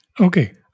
Okay